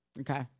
Okay